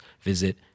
visit